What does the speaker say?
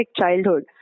childhood